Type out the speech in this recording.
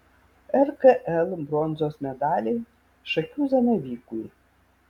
rkl bronzos medaliai šakių zanavykui